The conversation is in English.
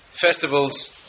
festivals